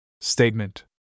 statement